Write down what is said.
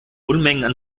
unmengen